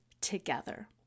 together